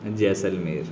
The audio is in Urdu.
جیسلمیر